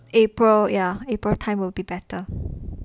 april ya april time will be better